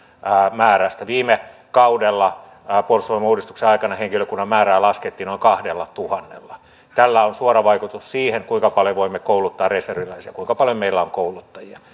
määrästä viime kaudella puolustusvoimauudistuksen aikana henkilökunnan määrää laskettiin noin kahdellatuhannella tällä on suora vaikutus siihen kuinka paljon voimme kouluttaa reserviläisiä sillä kuinka paljon meillä on kouluttajia